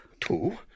Two